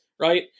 Right